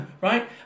right